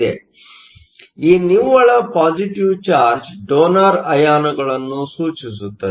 ಆದ್ದರಿಂದ ಈ ನಿವ್ವಳ ಪಾಸಿಟಿವ್ ಚಾರ್ಜ್ ಡೋನರ್ ಅಯಾನುIonಗಳನ್ನು ಸೂಚಿಸುತ್ತದೆ